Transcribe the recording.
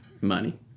Money